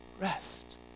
Rest